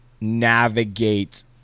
navigate